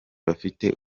bafite